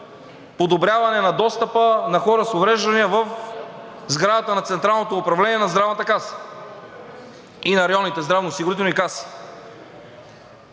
подобряване на достъпа на хора с увреждания в сградата на Централното управление на Здравната каса и на районните здравноосигурителни каси.